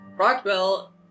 Rockwell